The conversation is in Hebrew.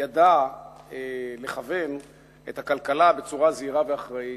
ידע לכוון את הכלכלה בצורה זהירה ואחראית,